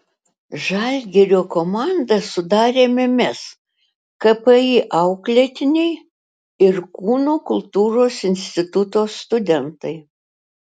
žalgirio komandą sudarėme mes kpi auklėtiniai ir kūno kultūros instituto studentai